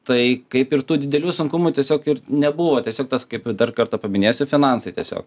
tai kaip ir tų didelių sunkumų tiesiog ir nebuvo tiesiog tas kaip dar kartą paminėsiu finansai tiesiog